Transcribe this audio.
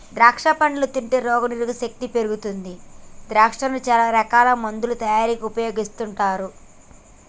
ద్రాక్షా పండ్లు తింటే రోగ నిరోధక శక్తి పెరుగుతుంది ద్రాక్షను చాల రకాల మందుల తయారీకి ఉపయోగిస్తుంటారు